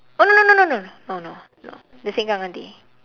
oh no no no no oh no no the sengkang aunty